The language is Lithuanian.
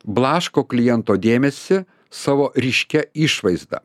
blaško kliento dėmesį savo ryškia išvaizda